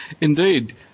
Indeed